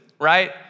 right